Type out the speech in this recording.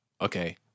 Okay